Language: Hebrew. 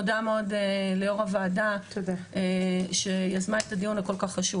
מודה מאוד ליושבת ראש הוועדה שיזמה את הדיון הכל כך חשוב